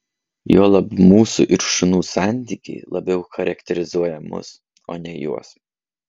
juolab mūsų ir šunų santykiai labiau charakterizuoja mus o ne juos